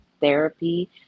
therapy